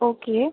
okay